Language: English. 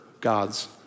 God's